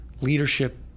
leadership